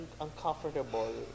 uncomfortable